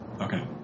okay